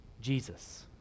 Jesus